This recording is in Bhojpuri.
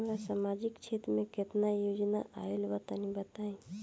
हमरा समाजिक क्षेत्र में केतना योजना आइल बा तनि बताईं?